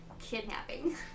kidnapping